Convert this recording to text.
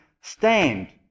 stand